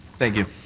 thank you.